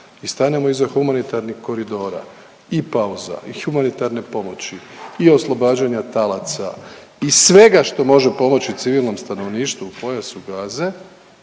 i stanemo iza humanitarnih koridora i pauza i humanitarne pomoći i oslobađanja talaca i svega što može pomoći civilnom stanovništvu u Pojasu Gaze,